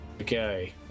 Okay